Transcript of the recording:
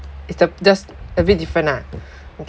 it's ju~ just a bit different ah